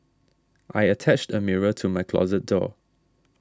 I attached a mirror to my closet door